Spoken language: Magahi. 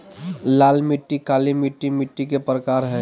लाल मिट्टी, काली मिट्टी मिट्टी के प्रकार हय